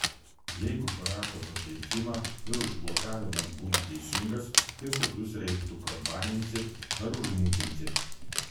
jeigu parašo papeikimą ir užblokavimas būna teisingas tai tokius reiktų prabaninti ar užmutinti